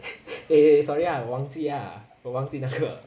eh sorry ah 我忘记啊我忘记那个